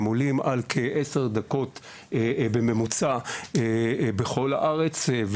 הם עולים על כעשר דקות בממוצע בכל הארץ,